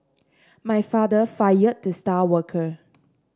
my father fired the star worker